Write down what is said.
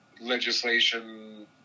legislation